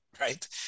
right